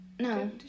No